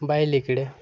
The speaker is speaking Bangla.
বাইরেখড়ে